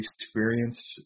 experienced